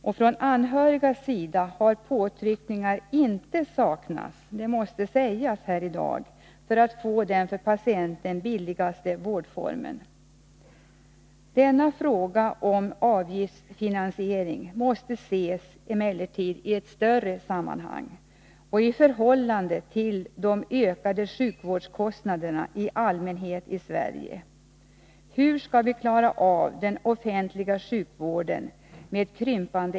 Påtryckningar från de anhöriga har inte saknats — det måste sägas — för att få den för patienten billigaste vårdformen. Frågan om avgiftsfinansiering måste emellertid ses i ett större sammanhang och i förhållande till de i allmänhet ökade sjukvårdskostnaderna i Sverige. Hur skall vi med en krympande ekonomi klara av den offentliga sjukvården?